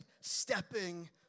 stepping